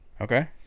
Okay